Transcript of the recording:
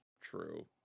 True